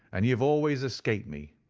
and you have always escaped me.